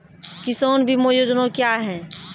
किसान बीमा योजना क्या हैं?